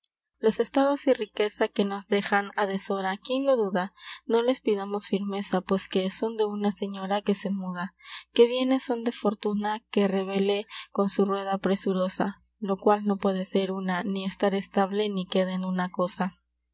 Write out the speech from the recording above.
los estados y riqueza que nos dexan a desora quien lo duda no les pidamos firmeza pues que son de vna señora que se muda que bienes son de fortuna que rebuelue con su rueda presurosa la qual no puede ser vna ni estar estable ni queda en vna cosa